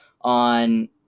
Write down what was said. on